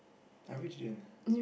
I really didn't